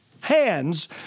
hands